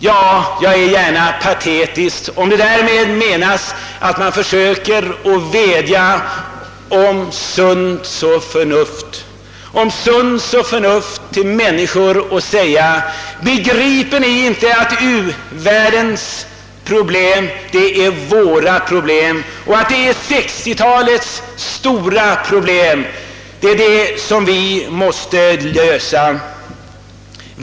Ja, jag är gärna patetisk, om därmed menas försök att vädja till sunt förnuft hos människorna och få dem att förstå att u-världens problem är våra problem — 1960-talets stora problem — som vi måste lösa!